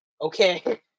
okay